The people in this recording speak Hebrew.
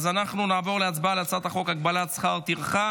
אנחנו נעבור להצבעה על הצעת החוק הגבלת שכר טרחה